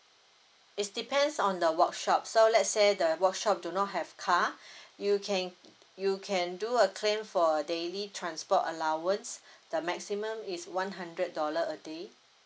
is depends on the workshop so let's say the workshop do not have car you can you can do a claim for daily transport allowance the maximum is one hundred dollar a day